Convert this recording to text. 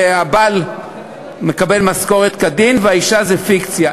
שהבעל מקבל משכורת כדין והאישה זה פיקציה.